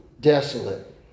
desolate